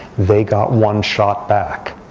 they got one shot back.